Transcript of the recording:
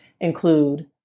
include